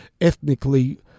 ethnically